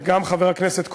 חבר הכנסת כהן,